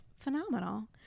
phenomenal